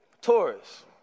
Taurus